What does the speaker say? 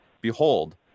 Behold